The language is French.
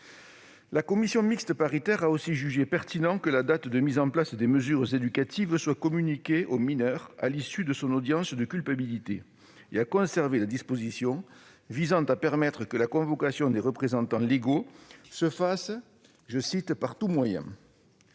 La commission mixte paritaire a aussi jugé pertinent que la date de mise en place des mesures éducatives soit communiquée au mineur à l'issue de son audience de culpabilité et a conservé la disposition visant à permettre que la convocation des représentants légaux se fasse « par tout moyen ».